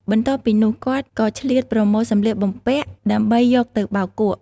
បន្ទាប់ពីនោះ គាត់ក៏ឆ្លៀតប្រមូលសម្លៀកបំពាក់ដើម្បីយកទៅបោកគក់។